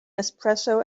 espresso